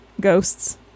ghosts